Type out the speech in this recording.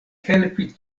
helpi